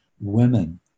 women